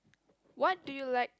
what do you like